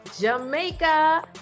Jamaica